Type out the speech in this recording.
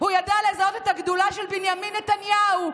הוא ידע לזהות את הגדולה של בנימין נתניהו,